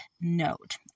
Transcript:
note